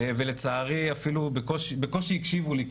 ולצערי בקושי הקשיבו לי.